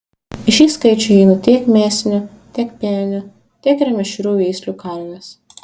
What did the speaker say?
į šį skaičių įeina tiek mėsinių tiek pieninių tiek ir mišrių veislių karvės